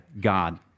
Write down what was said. God